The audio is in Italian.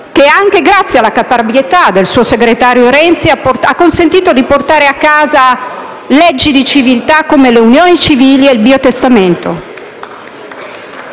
che, anche grazie alla caparbietà del suo segretario Renzi, ha consentito di portare a casa leggi di civiltà come le unioni civili e il biotestamento.